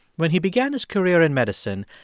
when he began his career in medicine,